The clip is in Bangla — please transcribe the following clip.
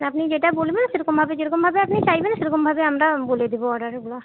আপনি যেটা বলবেন সেরকমভাবে যেরকমভাবে আপনি চাইবেন সেরকমভাবে আমরা বলে দেবো অর্ডারগুলা